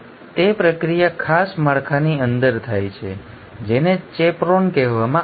તેથી તે પ્રક્રિયા ખાસ માળખાની અંદર થાય છે જેને ચેપરોન કહેવામાં આવે છે